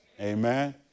Amen